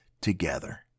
together